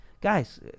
Guys